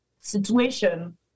situation